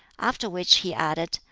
after which he added,